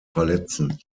verletzen